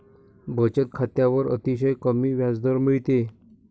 बचत खात्यावर अतिशय कमी व्याजदर मिळतो